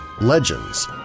legends